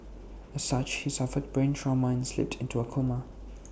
as such he suffered brain trauma and slipped into A coma